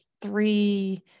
three